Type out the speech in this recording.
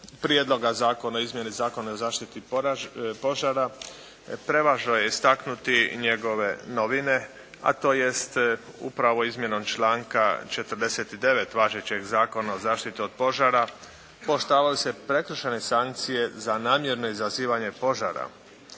Prijedloga zakona o izmjeni Zakona o zaštiti od požara prevažno je istaknuti njegove novine a tj. upravo izmjenom članka 49. važećeg Zakona o zaštiti od požara. Pooštravaju se prekršajne sankcije za namjerno izazivanje požara.